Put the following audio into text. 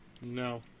No